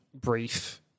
brief